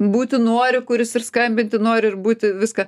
būti nori kuris ir skambinti nori ir būti viską